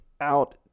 out